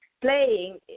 playing